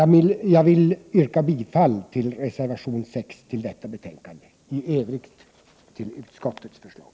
Jag yrkar bifall till reservation 6 och i övrigt till utskottets hemställan.